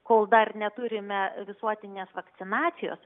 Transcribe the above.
kol dar neturime visuotinės vakcinacijos